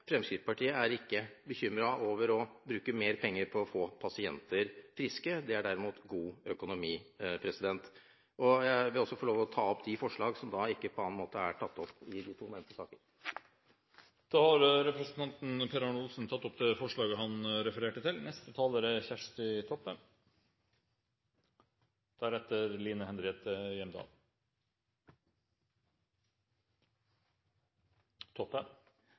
Fremskrittspartiet er ikke bekymret over å bruke mer penger på å få pasienter friske, det er derimot god økonomi. Jeg vil ta opp det forslaget som ikke på annen måte er tatt opp i de to nevnte saker. Representanten Per Arne Olsen har tatt opp det forslaget han refererte til.